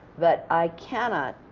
but i cannot